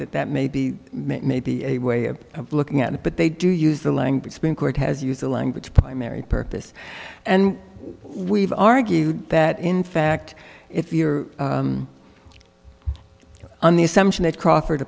that that may be may be a way of looking at it but they do use the language supreme court has used the language primary purpose and we've argued that in fact if you're on the assumption that crawford